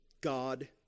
God